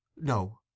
No